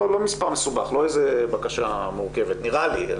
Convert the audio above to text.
לא מספר מסובך, לא איזו בקשה מורכבת, נראה לי.